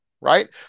right